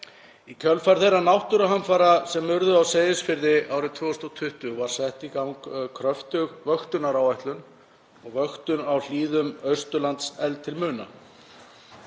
Í kjölfar þeirra náttúruhamfara sem urðu á Seyðisfirði árið 2020 var sett í gang kröftug vöktunaráætlun og vöktun á hlíðum Austurlands efld til muna.